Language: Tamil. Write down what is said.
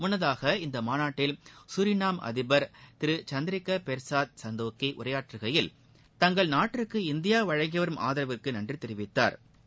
முள்ளதாக இந்த மாநாட்டில் குரிநாம் அதிபர் திரு சந்திரிக்க பெர்சாத் சந்தோக்கி உரையாற்றுகையில் தங்கள் நாட்டிற்கு இந்தியா வழங்கி வரும் ஆதவிற்கு நன்றி தெரிவித்தாா்